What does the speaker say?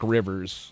Rivers